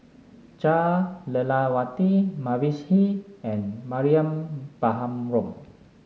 Jah Lelawati Mavis Hee and Mariam Baharom